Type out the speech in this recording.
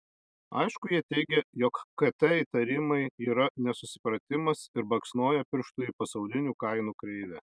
aišku jie teigia jog kt įtarimai yra nesusipratimas ir baksnoja pirštu į pasaulinių kainų kreivę